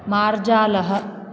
मार्जालः